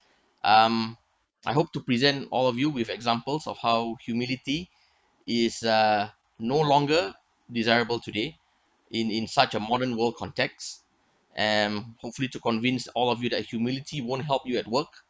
um I hope to present all of you with examples of how humility is uh no longer desirable today in in such a modern world contexts and hopefully to convince all of you that humility won't help you at work